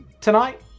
tonight